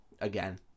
again